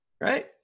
Right